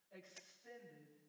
extended